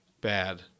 bad